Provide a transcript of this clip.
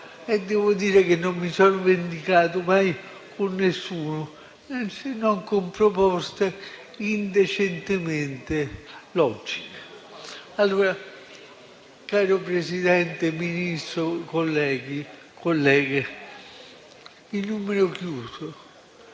e devo dire che non mi sono vendicato mai con nessuno, se non con proposte indecentemente logiche. Signor Presidente, signor Ministro, colleghi e colleghe, il numero chiuso